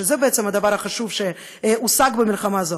שזה בעצם הדבר החשוב שהושג במלחמה הזאת,